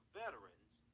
veterans